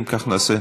אם כך, נעשה,